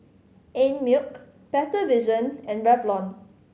Einmilk Better Vision and Revlon